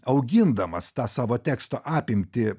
augindamas tą savo teksto apimtį